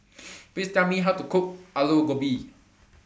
Please Tell Me How to Cook Aloo Gobi